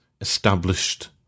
established